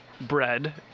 bread